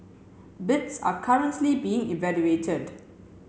bids are currently being evaluated